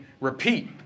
repeat